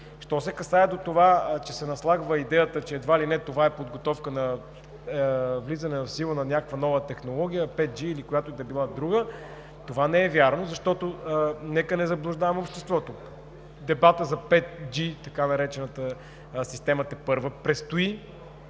Що се касае до това, че се наслагва идеята, че едва ли не това е подготовка за влизане в сила на някаква нова технология 5G или която и да било друга, това не е вярно. Нека не заблуждаваме обществото – дебатът за така наречената 5G система тепърва предстои,